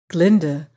Glinda